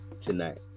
tonight